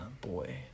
boy